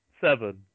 seven